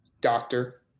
doctor